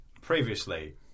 previously